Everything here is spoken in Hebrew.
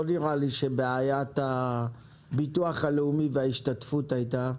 לא נראה לי שבעיית הביטוח הלאומי וההשתתפות הייתה.